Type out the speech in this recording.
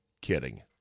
kidding